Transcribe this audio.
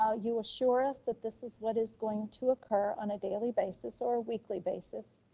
you assure us that this is what is going to occur on a daily basis or a weekly basis.